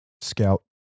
Scout